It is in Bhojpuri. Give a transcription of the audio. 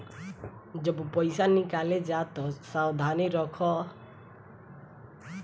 जब पईसा निकाले जा तअ सावधानी रखअ